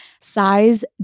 Size